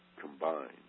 combined